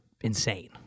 insane